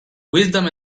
wisdom